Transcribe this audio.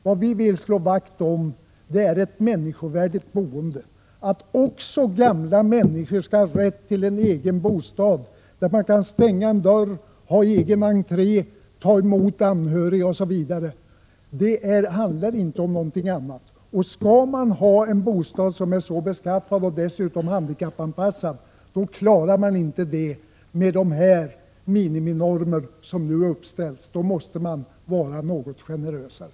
Vad vi vill slå vakt om är ett människovärdigt boende. Även gamla människor skall ha rätt till en egen bostad. De skall således kunna stänga dörren om sig, ha en egen entré, kunna ta emot anhöriga osv. Det är vad det hela handlar om. Men med de miniminormer som nu uppställs är det omöjligt att få en bostad som är beskaffad på det sättet och som dessutom är handikappanpassad. För att kunna åstadkomma någonting sådant måste man vara något generösare.